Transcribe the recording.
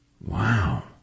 Wow